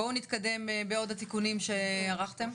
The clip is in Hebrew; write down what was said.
בואו נתקדם בעוד תיקונים שערכתם.